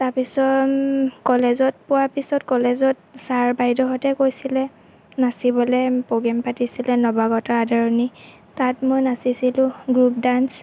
তাৰপিছত কলেজত পোৱাৰ পিছত কলেজত ছাৰ বাইদেউহঁতে কৈছিলে নাচিবলৈ প্ৰ'গেম পাতিছিলে নৱাগত আদৰণি তাত মই নাচিছিলোঁ গ্ৰুপ ডান্স